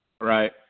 Right